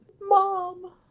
Mom